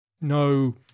No